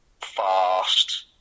fast